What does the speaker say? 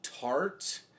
tart